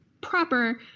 proper